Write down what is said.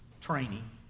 training